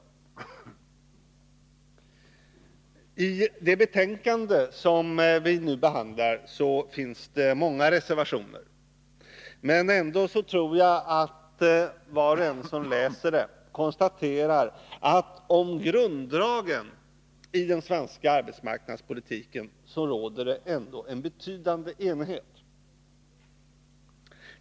Till det betänkande som vi nu behandlar har fogats många reservationer, men ändå tror jag att var och en som läser det kan konstatera att det om grunddragen i den svenska arbetsmarknadspolitiken råder en betydande enighet.